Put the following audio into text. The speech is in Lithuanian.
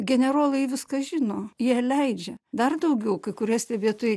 generolai viską žino jie leidžia dar daugiau kai kurie stebėtojai